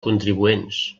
contribuents